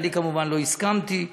ואני כמובן לא הסכמתי,